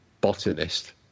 botanist